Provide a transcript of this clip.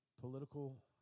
political